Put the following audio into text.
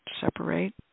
separate